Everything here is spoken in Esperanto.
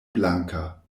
blanka